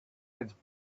its